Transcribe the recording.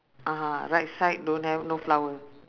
(uh huh) right side don't have no flower